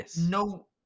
no